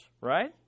right